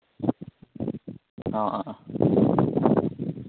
ꯑꯥ ꯑꯥ ꯑꯥ